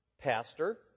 pastor